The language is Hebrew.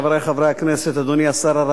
חבר הכנסת איתן כבל, בבקשה.